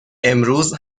امروز